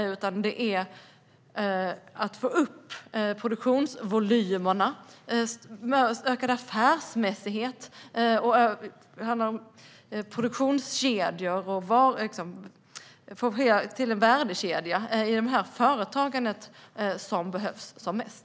Det handlar om att få upp produktionsvolymerna och öka affärsmässigheten, och det handlar om produktionskedjor. Att få till en värdekedja i företagandet är det som behövs mest.